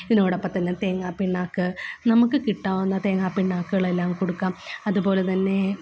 ഇതിനോടൊപ്പം തന്നെ തേങ്ങാപ്പിണ്ണാക്ക് നമുക്ക് കിട്ടാവുന്ന തേങ്ങാ പിണ്ണാക്കുകളെല്ലാം കൊടുക്കാം അതുപോലെ തന്നെ